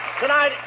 tonight